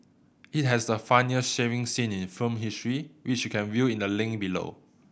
it has the funniest shaving scene in film history which you can view in the link below